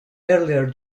earlier